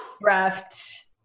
draft